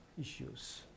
issues